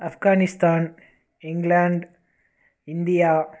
Afghanistan England India